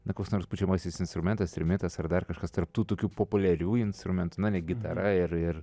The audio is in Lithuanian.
na koks nors pučiamasis instrumentas trimitas ar dar kažkas tarp tų tokių populiarių instrumentų na ne gitara ir ir